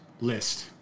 list